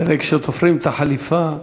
תראה, כשתופרים את החליפה,